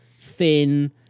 thin